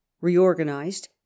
reorganized